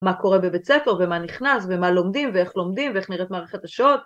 מה קורה בבית ספר ומה נכנס ומה לומדים ואיך לומדים ואיך נראית מערכת השעות